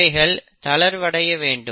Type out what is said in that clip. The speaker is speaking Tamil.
இவைகள் தளர்வடைய வேண்டும்